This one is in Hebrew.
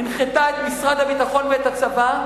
הממשלה הנחתה את משרד הביטחון ואת הצבא,